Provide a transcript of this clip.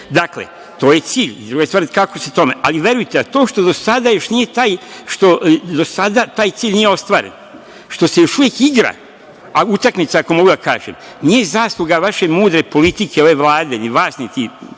Dakle, to je cilj, druga stvar kako će to. Ali, verujte, to što do sada još nije taj cilj ostvaren, što se još uvek igra utakmica, ako mogu da kažem, nije zasluga vaše mudre politike, ove Vlade, ni vas, niti